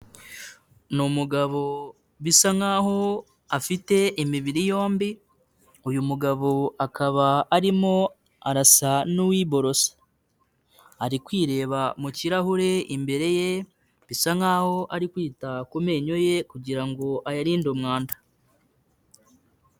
Ni umugabo bisa nkaho afite imibiri yombi, uyu mugabo akaba arimo arasa n'uwiborose, ari kwireba mu kirahure imbere ye bisa nkaho ari kwita ku menyo ye kugira ngo ayarinde umwanda.